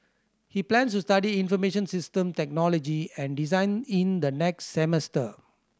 he plans to study information system technology and design in the next semester